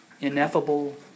ineffable